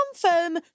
confirm